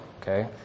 okay